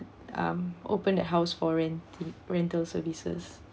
um open the house for rent~ rental services